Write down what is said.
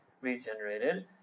regenerated